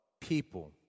people